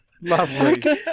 Lovely